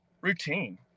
routine